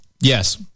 Yes